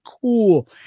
cool